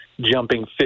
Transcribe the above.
jumping